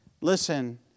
Listen